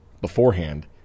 beforehand